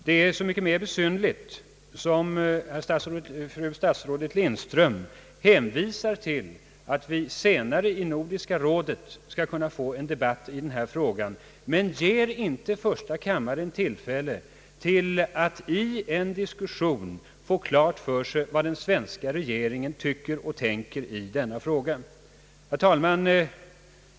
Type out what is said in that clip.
Detta är så mycket mer besynnerligt som statsrådet fru Lindström hänvisar till att vi senare i Nordiska rådet skall få en debatt i denna fråga, men hon ger inte första kammaren tillfälle att i en diskussion få klart för sig vad svenska regeringen tycker och tänker i denna fråga. Herr talman!